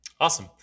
Awesome